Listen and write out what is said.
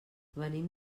venim